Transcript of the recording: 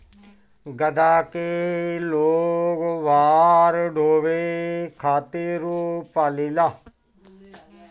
गदहा के लोग भार ढोवे खातिर पालेला